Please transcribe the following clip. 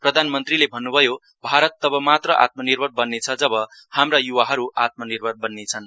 प्रधान मन्त्रीले भन्नुभयो भारत तब मात्र आत्मनिर्भर बन्नेछ जब हाम्रा युवाहरू आत्मर्निभर बन्नेछन्